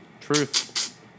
Truth